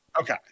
Okay